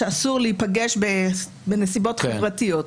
שאסור להיפגש בנסיבות חברתיות.